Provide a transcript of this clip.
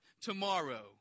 tomorrow